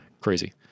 Crazy